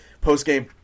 post-game